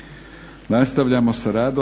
Nastavljamo sa